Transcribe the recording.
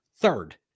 Third